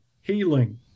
healing